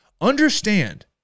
Understand